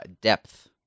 depth